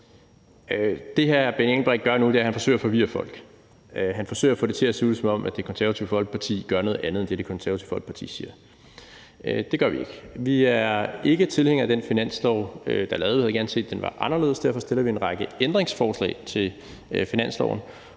Det, hr. Benny Engelbrecht gør nu, er, at han forsøger at forvirre folk. Han forsøger at få det til at se ud, som om Det Konservative Folkeparti gør noget andet end det, Det Konservative Folkeparti siger. Det gør vi ikke. Vi er ikke tilhængere af den finanslov, der er lavet – vi havde gerne set, at den var anderledes, og derfor stiller vi en række ændringsforslag til finansloven.